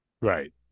Right